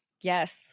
Yes